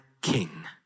king